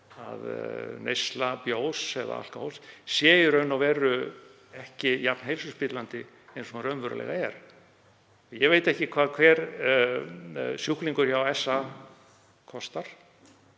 að neysla bjórs eða alkóhóls sé í raun og veru ekki jafn heilsuspillandi og hún raunverulega er. Ég veit ekki hvað hver sjúklingur hjá SÁÁ kostar,